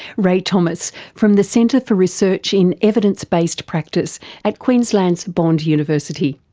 rae thomas from the centre for research in evidence based practice at queensland's bond university.